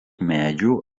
medžių